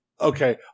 Okay